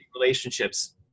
relationships